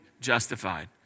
justified